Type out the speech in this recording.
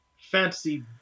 fantasy